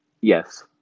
Yes